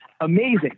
amazing